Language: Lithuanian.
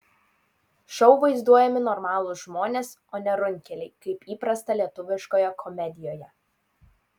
šou vaizduojami normalūs žmonės o ne runkeliai kaip įprasta lietuviškoje komedijoje